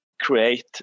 create